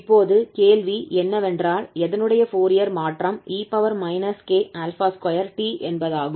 இப்போது கேள்வி என்னவென்றால் எதனுடைய ஃபோரியர் மாற்றம் e k2t என்பதாகும்